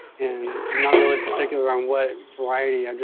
and i'm not really particular on what variety. and